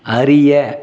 அறிய